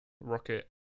Rocket